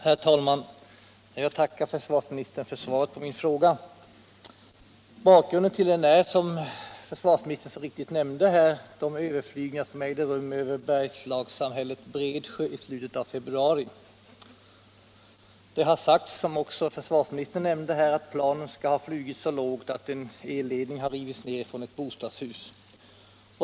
Herr talman! Jag tackar försvarsministern för svaret på min fråga. Bakgrunden till den är, som försvarsministern nämnde, de överflygningar som i slutet av februari ägde rum över samhället Bredsjö i Bergslagen. Det har sagts att planet flög så lågt att en elledning revs ned från ett bostadshus.